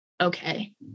okay